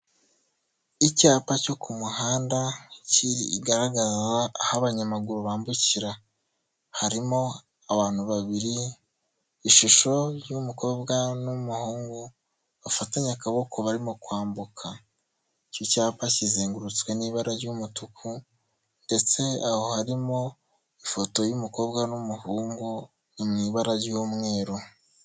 Icyapa cyo ku muhanda kirigaragaza aho abanyamaguru bambukira, harimo abantu babiri, ishusho y'umukobwa n'umuhungu bafatanye akaboko barimo kwambuka, iki cyapa kizengurutswe n'ibara ry'umutuku ndetse aho harimo ifoto y'umukobwa n'umuhungu ni mu ibara ry'umweru.